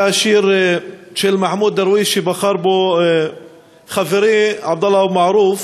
היה השיר של מחמוד דרוויש שבחר בו חברי עבדאללה אבו מערוף,